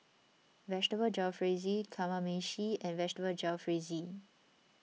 Vegetable Jalfrezi Kamameshi and Vegetable Jalfrezi